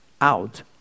out